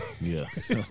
Yes